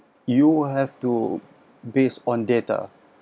you will have to base on data